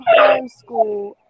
homeschool